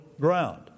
ground